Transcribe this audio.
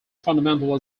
fundamental